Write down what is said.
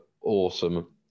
awesome